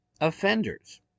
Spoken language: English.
offenders